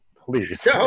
please